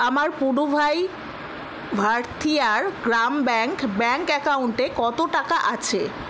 আমার Puduvai Bharathiar Grama bank bank অ্যাকাউন্টে কতো টাকা আছে